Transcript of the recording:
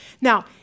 Now